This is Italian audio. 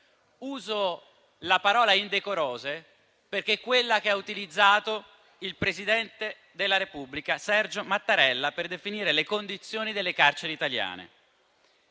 Uso la parola "indecorose" perché è quella che ha utilizzato il presidente della Repubblica Sergio Mattarella per definire le condizioni delle carceri italiane.